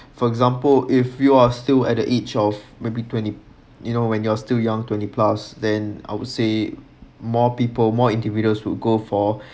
for example if you are still at the age of maybe twenty you know when you're still young twenty plus then I would say more people more individuals would go for